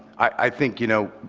i think, you know,